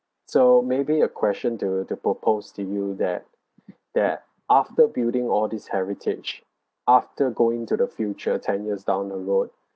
so maybe a question to to propose to you that that after building all these heritage after going to the future ten years down the road